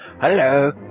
Hello